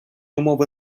умови